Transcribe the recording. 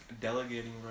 Delegating